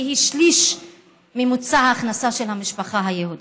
שהיא שליש מממוצע ההכנסה של המשפחה היהודית,